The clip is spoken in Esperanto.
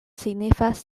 signifas